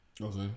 Okay